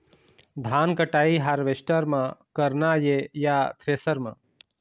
धान कटाई हारवेस्टर म करना ये या थ्रेसर म?